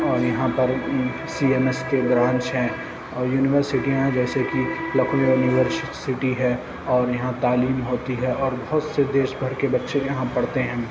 اور یہاں پر سی ایم ایس کے برانچ ہیں اور یونیورسٹیاں جیسے کہ لکھنؤ یونیورسٹی ہے اور یہاں تعلیم ہوتی ہے اور بہت سے دیش بھر کے بچے یہاں پڑھتے ہیں